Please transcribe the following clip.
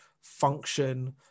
function